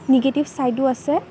negative চাইদো আছে